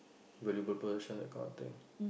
valuable possession that kind of thing